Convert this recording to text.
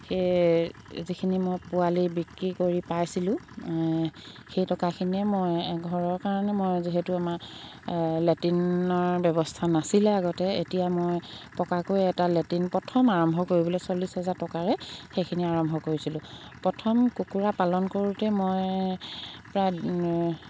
সেই যিখিনি মই পোৱালি বিক্ৰী কৰি পাইছিলোঁ সেই টকাখিনিয়ে মই ঘৰৰ কাৰণে মই যিহেতু আমাৰ লেটিনৰ ব্যৱস্থা নাছিলে আগতে এতিয়া মই পকাকৈ এটা লেটিন প্ৰথম আৰম্ভ কৰিবলৈ চল্লিছ হেজাৰ টকাৰে সেইখিনি আৰম্ভ কৰিছিলোঁ প্ৰথম কুকুৰা পালন কৰোঁতে মই প্ৰায়